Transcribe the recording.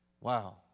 Wow